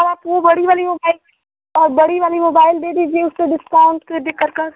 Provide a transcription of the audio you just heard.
और आप वह बड़ी वाली मोबाइल बड़ी वाली मोबाइल दे दीजिए उसका डिस्काउंट कर कर